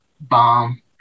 bomb